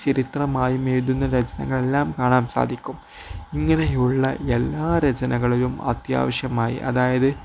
ചരിത്രമായും എഴുതുന്ന രചനകളെല്ലാം കാണാൻ സാധിക്കും ഇങ്ങനെയുള്ള എല്ലാ രചനകളും അത്യാവശ്യമായി അതായത്